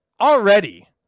already